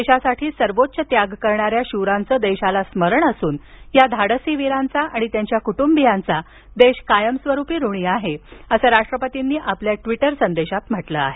देशासाठी सर्वोच्च त्याग करणाऱ्या शूरांचं देशाला स्मरण असून या धाडसी वीरांचा आणि त्यांच्या कुटुंबियांचा देश कायमस्वरूपी ऋणी आहे असं राष्ट्रपतींनी आपल्या ट्वीटर संदेशात म्हटलं आहे